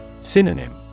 Synonym